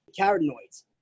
carotenoids